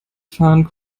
fahren